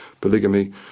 polygamy